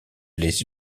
les